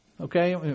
Okay